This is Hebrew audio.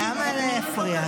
למה להפריע?